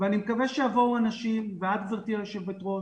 ואני מקווה שיבואו הנשים, ואת, גברתי היושבת ראש,